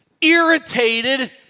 irritated